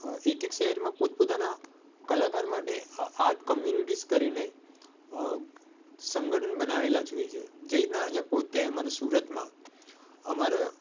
એક એક શહેરમાં પોતપોતાના કલાકાર માટે આર્ટ કોમ્યુનિટીઝ કરીને સંગઠન બનાવેલા જ હોય છે જેવી રીતના અહીંયાં પોતે સુરતમાં અમારા